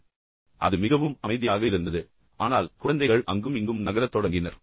அது மிகவும் அமைதியாக இருந்தது மிகவும் சத்தமில்லாமல் இருந்தது ஆனால் இந்த குழந்தைகள் அங்கும் இங்கும் நகரத் தொடங்கினர்